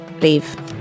leave